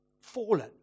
fallen